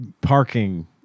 parking